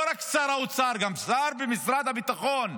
ולא רק שר האוצר, גם שר במשרד הביטחון.